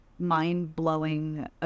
mind-blowing